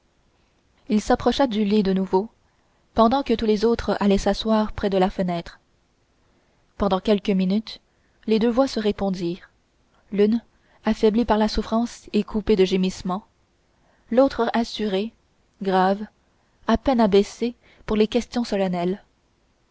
il s'approcha du lit de nouveau pendant que tous les autres allaient s'asseoir près de la fenêtre pendant quelques minutes les deux voix se répondirent l'une affaiblie par la souffrance et coupée de gémissements l'autre assurée grave à peine abaissée pour les questions solennelles